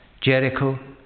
Jericho